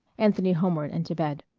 anthony homeward and to bed.